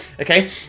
okay